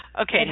Okay